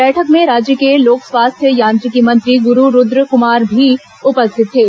बैठक में राज्य के लोकस्वास्थ्य यांत्रिकी मंत्री गुरू रूद्रक्मार भी उपस्थित थे